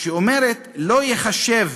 שאומרת: "לא ייחשב